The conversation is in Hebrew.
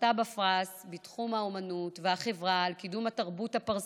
זכתה בפרס בתחום האומנות והחברה על קידום התרבות הפרסית,